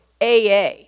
AA